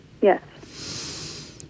Yes